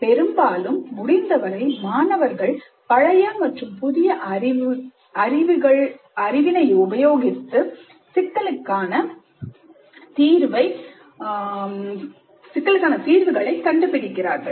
பெரும்பாலும் முடிந்தவரை மாணவர்கள் பழைய மற்றும் புதிய அறிவுகள் கலந்த அறிவை உபயோகித்து சிக்கலுக்கான தீர்வுகளை கண்டுபிடிக்கிறார்கள்